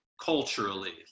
culturally